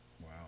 Wow